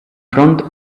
front